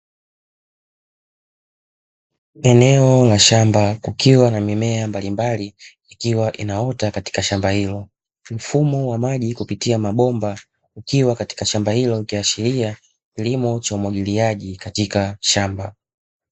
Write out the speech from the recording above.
Eneo la shamba kukiwa na mimea mbalimbali akiwa inaota katika shamba hilo, mfumo wa maji kupitia mabomba ukiwa katika shamba hilo ukiashiria kilimo cha umwagiliaji katika shamba.